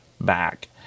back